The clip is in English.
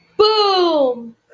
Boom